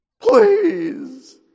Please